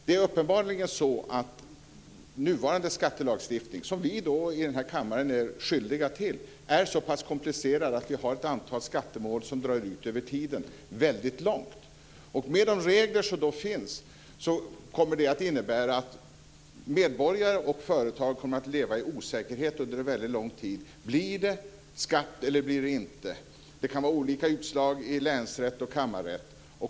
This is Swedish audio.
Det är uppenbarligen så att den nuvarande skattelagstiftningen, som vi här i kammaren är skyldiga till, är så komplicerad att vi har ett antal skattemål som drar ut väldigt långt på tiden. Med de regler som finns innebär det att medborgare och företag under en väldigt lång tid kommer att leva i osäkerhet om blir det skatt eller inte. Det kan bli olika utslag i länsrätt och kammarrätt.